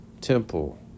temple